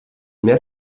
mehr